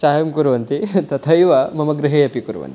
चायं कुर्वन्ति तथैव मम गृहे अपि कुर्वन्ति